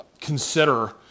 consider